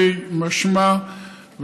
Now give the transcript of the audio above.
משמע,